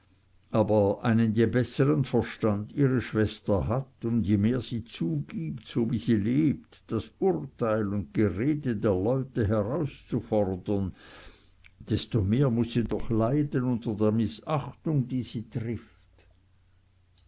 aber einen je besseren verstand ihre schwester hat und je mehr sie zugibt so wie sie lebt das urteil und gerede der leute herauszufordern desto mehr muß sie doch leiden unter der mißachtung die sie trifft